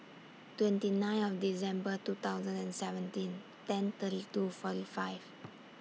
twenty nine of December two thousand and seventeen ten thirty two forty five